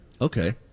Okay